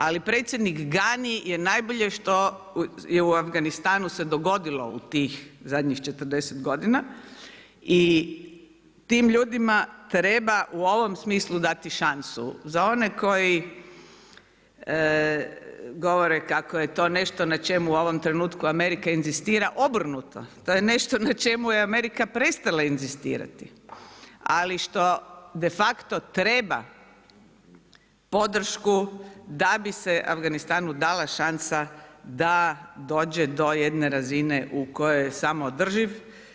Ali predsjednik Ghani je najbolje što se u Afganistanu se dogodilo u tih zadnjih 40 godina i tim ljudima treba u ovom smislu dati šansu za one koji govore kako je to nešto na čemu u ovom trenutku Amerika inzistira obrnuto, to je nešto na čemu je Amerika prestala inzistirati ali što de facto treba podršku da bi se Afganistanu dala šansa da dođe do jedne razine u kojoj je samoodrživ.